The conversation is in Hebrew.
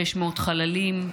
600 חללים.